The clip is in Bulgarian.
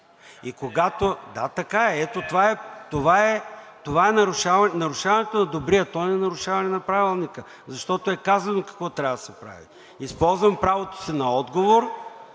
„Еее!“) Да, така е. Ето това е нарушаването на добрия тон и нарушаване на Правилника, защото е казано какво трябва да се прави. Използвам правото си на отговор